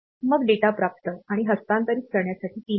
मग डेटा प्राप्त आणि हस्तांतरित करण्यासाठी पिन आहे